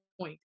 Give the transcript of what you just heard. point